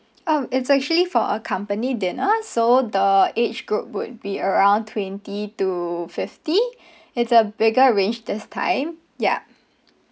um it's actually for a company dinner so the age group would be around twenty to fifty it's a bigger range this time yup